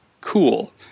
cool